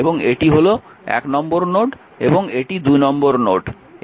এবং এটি হল 1 নম্বর নোড এবং এটি 2 নম্বর নোড